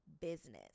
business